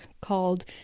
called